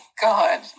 god